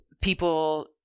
people